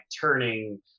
turning